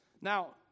Now